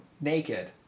naked